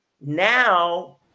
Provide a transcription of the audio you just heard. Now